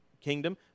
kingdom